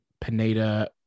pineda